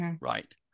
Right